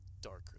darker